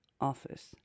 office